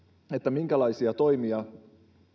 minkälaisia toimia